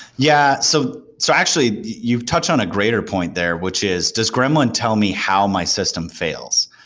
yeah. so so actually, you've touched on a greater point there, which is does gremlin tell me how my system fails,